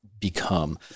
Become